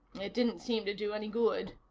it didn't seem to do any good.